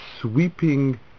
sweeping